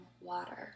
water